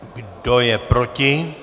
Kdo je proti?